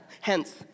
hence